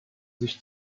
sich